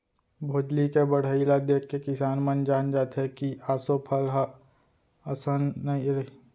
भोजली के बड़हई ल देखके किसान मन जान जाथे के ऑसो फसल ह अइसन रइहि